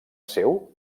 seu